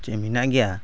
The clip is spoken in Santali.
ᱪᱮᱫ ᱢᱮᱱᱟᱜ ᱜᱮᱭᱟ